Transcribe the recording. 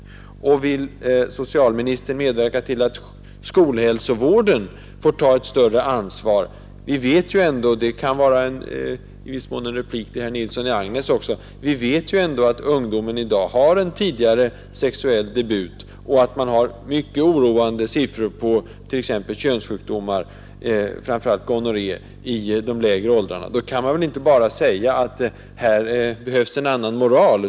Vill socialministern medverka till att skolhälsovården får ta ett större ansvar? Vi vet ju ändå — och det kan vara en replik till herr Nilsson i Agnäs också — att ungdomen i dag har en tidigare sexuell debut och att man har mycket oroande siffror på gonorré i de lägre åldrarna. Då kan man inte bara säga att här behövs en annan moral.